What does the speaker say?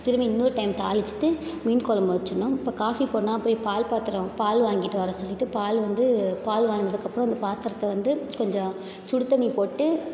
திரும்பி இன்னோரு டைம் தாளித்துட்டு மீன் கொழம்பு வச்சிடுணும் இப்போ காஃபி போட்டோனா போய் பால் பாத்திரம் பால் வாங்கிட்டு வர சொல்லிட்டு பால் வந்து பால் வாங்கினதுக்கப்புறம் அந்த பாத்திரத்தை வந்து கொஞ்சம் சுடு தண்ணி போட்டு